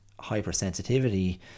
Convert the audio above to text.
hypersensitivity